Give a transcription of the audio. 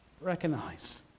recognize